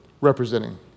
representing